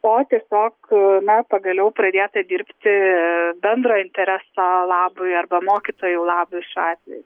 o tiesiog na pagaliau pradėta dirbti bendro intereso labui arba mokytojų labui šaliai